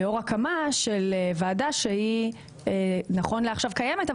לאור הקמה של ועדה שהיא קיימת נכון לעכשיו,